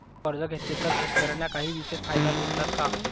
कर्ज घेतले तर शेतकऱ्यांना काही विशेष फायदे मिळतात का?